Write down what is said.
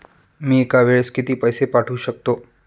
मी एका वेळेस किती पैसे पाठवू शकतो?